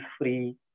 free